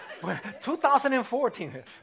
2014